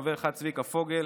חבר אחד: צביקה פוגל,